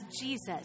Jesus